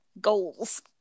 goals